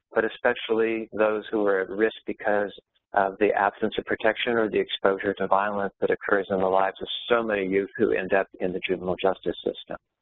but especially those who are at risk because of the absence of protection or the exposure to violence that occurs in the lives of so many youth who end up in the juvenile justice system.